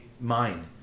mind